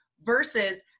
versus